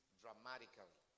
dramatically